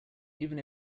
even